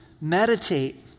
Meditate